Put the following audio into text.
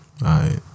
right